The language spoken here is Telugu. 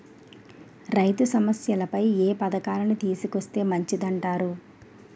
రైతు సమస్యలపై ఏ పథకాలను తీసుకొస్తే మంచిదంటారు?